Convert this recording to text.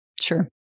Sure